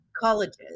colleges